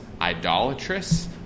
idolatrous